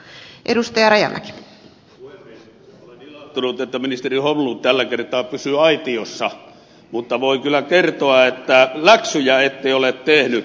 olen ilahtunut että ministeri holmlund tällä kertaa pysyy aitiossa mutta voin kyllä kertoa että läksyjä ette ole tehnyt